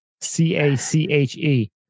c-a-c-h-e